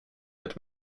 with